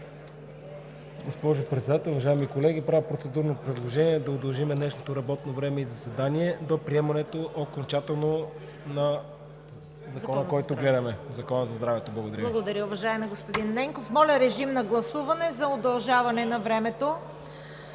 господин Ненков. Моля, режим на гласуване за удължаване на времето